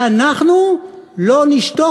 ואנחנו לא נשתוק.